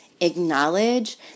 acknowledge